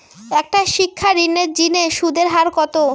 একটা শিক্ষা ঋণের জিনে সুদের হার কত?